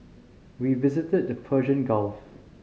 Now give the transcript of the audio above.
we visited the Persian Gulf